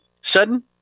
sudden